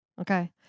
okay